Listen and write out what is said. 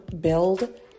build